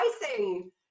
pricing